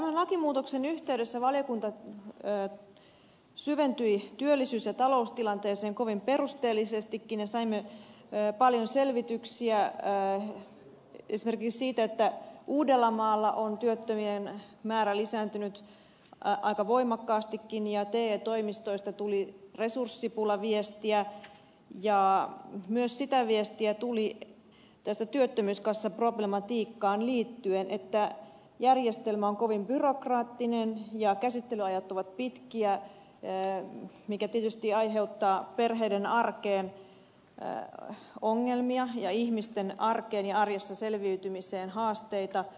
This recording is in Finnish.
tämän lakimuutoksen yhteydessä valiokunta syventyi työllisyys ja taloustilanteeseen kovin perusteellisestikin ja saimme paljon selvityksiä esimerkiksi siitä että uudellamaalla on työttömien määrä lisääntynyt aika voimakkaastikin ja te toimistoista tuli resurssipulaviestiä ja myös sitä viestiä tuli työttömyyskassaproblematiikkaan liittyen että järjestelmä on kovin byrokraattinen ja käsittelyajat ovat pitkiä mikä tietysti aiheuttaa perheiden arkeen ongelmia ja ihmisten arkeen ja arjessa selviytymiseen haasteita